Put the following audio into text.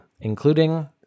including